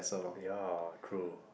ya true